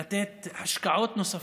לתת השקעות נוספות,